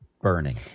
burning